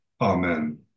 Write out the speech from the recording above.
Amen